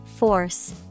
Force